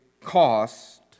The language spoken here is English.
cost